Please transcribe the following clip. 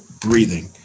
breathing